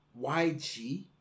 YG